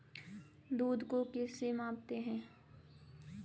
दूध को किस से मापते हैं?